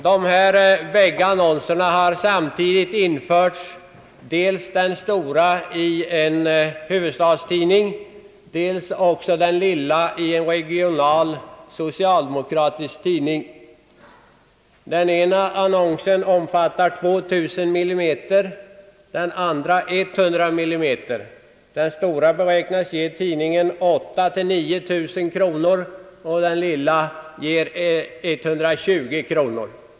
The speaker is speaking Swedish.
Dessa båda annonser har införts samtidigt — den stora i en huvudstadstidning och den lilla i en regional socialdemokratisk tidning. Den ena annonsen omfattar 2 000 mm och den andra 100 mm. Den stora beräknas ge tidningen 8 000—9 000 kronor och den lilla ger 120 kronor.